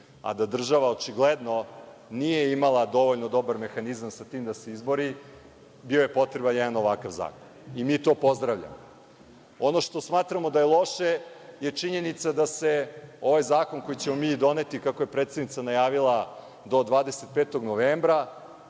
a da država očigledno nije imala dovoljno dobar mehanizam sa tim da se izbori, bio je potreban jedan ovakav zakon. Mi to pozdravljamo. Ono što smatramo da je loše je činjenica da se ovaj zakon koji ćemo mi doneti, kako je predsednica najavila, do 25. novembra,